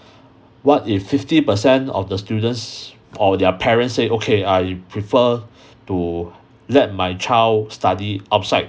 what if fifty percent of the students or their parents say okay I prefer to let my child study outside